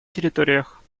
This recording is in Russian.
территориях